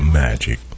magic